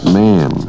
man